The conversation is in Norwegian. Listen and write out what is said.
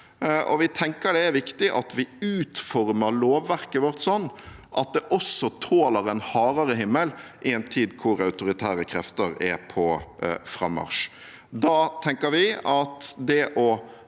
vi tenker det er viktig at vi utformer lovverket vårt sånn at det også tåler en hardere himmel i en tid hvor autoritære krefter er på frammarsj. Da tenker vi at det å